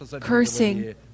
cursing